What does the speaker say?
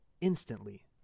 instantly